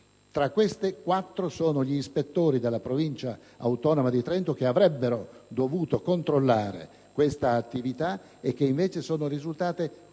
le quali quattro sono gli ispettori della Provincia autonoma di Trento, che avrebbero dovuto controllare questa attività e che invece sono risultati complici